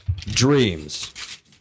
dreams